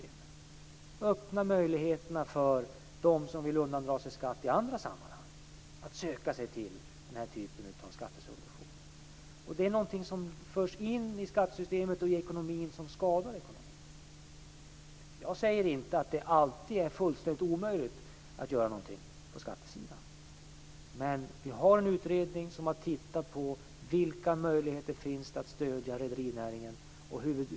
Det öppnar möjligheterna för dem som vill undandra sig skatt i andra sammanhang att söka sig till den här typen av skattesubvention. När detta förs in i skattesystemet skadas ekonomin. Jag säger inte att det alltid är fullständigt omöjligt att göra någonting på skattesidan, men vi har en utredning som har tittat närmare på vilka möjligheter som finns att stödja rederinäringen.